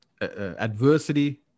adversity